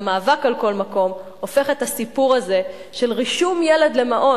המאבק על כל מקום הופך את הסיפור הזה של רישום ילד למעון,